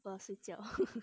我要睡觉